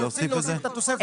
נוסיף את זה.